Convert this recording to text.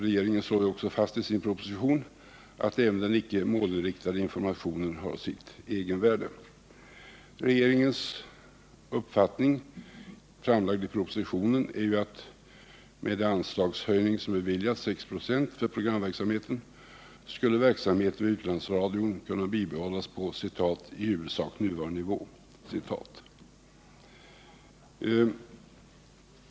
Regeringen slår också fast i propositionen att även den icke målinriktade informationen har sitt egenvärde. Enligt den uppfattning som regeringen framför i propositionen skulle den beviljade anslagshöjningen på 6 96 för programverksamheten göra det möjligt att bibehålla verksamheten vid utlandsradion på ”i huvudsak nuvarande nivå”.